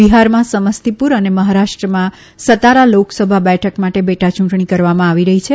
બિહારમાં સમસ્તીપુર અને મહારાષ્ટ્રમાં સતારા લોકસભા બેઠક માટે પેટાચુંટણી કરવામાં આવી રહી છે